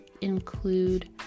include